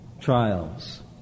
trials